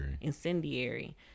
Incendiary